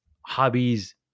hobbies